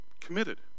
committed